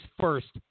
first